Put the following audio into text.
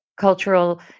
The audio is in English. cultural